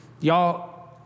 Y'all